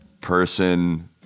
person